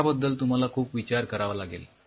तर याबद्दल तुम्हाला खूप विचार करावा लागेल